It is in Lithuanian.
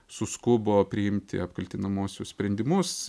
suskubo priimti apkaltinamuosius sprendimus